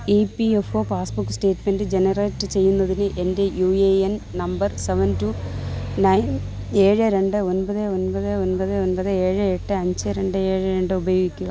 E P F O passbook statement generate ചെയ്യുന്നതിന് എൻ്റെ U A N number seven two nine ഏഴ് രണ്ട് ഒൻപത് ഒൻപത് ഒൻപത് ഏഴ് എട്ട് അഞ്ച് രണ്ട് ഏഴ് രണ്ട് ഉപയോഗിക്കുക